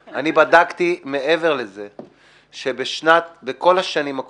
בנושא: גילום מס בשל שדרוג רכב לצורכי מיגון המלצה לשנת 2019,